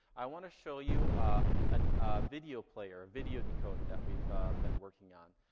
i want to show you a and video player, video decoder that we've been working on.